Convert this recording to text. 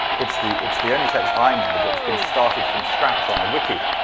it's the it's the only text i know that's been started from scratch on a wiki.